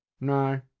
No